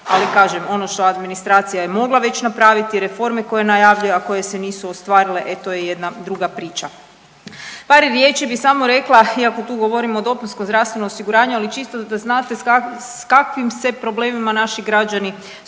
Ali kažem ono što administracija je mogla već napraviti, reforme koje najavljuje a koje se nisu ostvarile e to je jedna druga priča. Par riječi bih samo rekla, iako tu govorim o dopunskom zdravstvenom osiguranju, ali čisto da znate sa kakvim se problemima naši građani